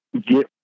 get